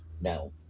No